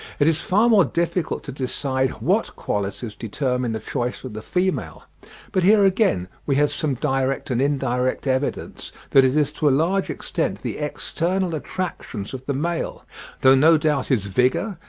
it is far more difficult to decide what qualities determine the choice of the females but here again we have some direct and indirect evidence that it is to a large extent the external attractions of the male though no doubt his vigour,